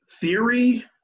theory